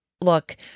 look